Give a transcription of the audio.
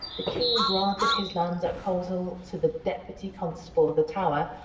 the king granted his lands at coleshill to the deputy constable of the tower,